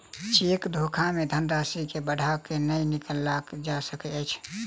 cheque धोखा मे धन राशि के बढ़ा क नै निकालल जा सकैत अछि